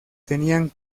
tenían